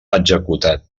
executat